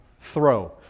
throw